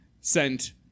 sent